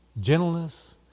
gentleness